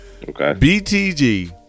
BTG